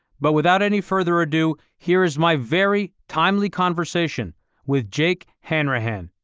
but without any further ado, here is my very timely conversation with jake hanrahan.